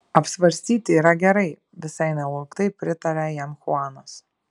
apsvarstyti yra gerai visai nelauktai pritarė jam chuanas